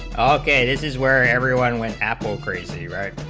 is is where everyone went apple crazy right